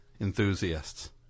Enthusiasts